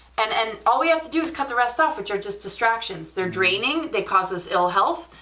and and all we have to do is cut the rest off, which are just distractions, they're draining, they cause us ill health,